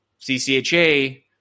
CCHA